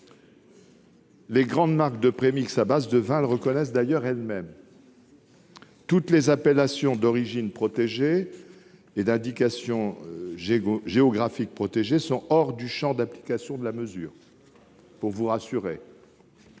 les grandes marques de premix à base de vins le reconnaissent elles-mêmes. Enfin, toutes les appellations d'origine protégée et indications géographiques protégées sont hors du champ d'application de la mesure. Voilà, mes chers